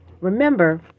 remember